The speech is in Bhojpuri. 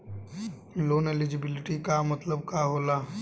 लोन एलिजिबिलिटी का मतलब का होला?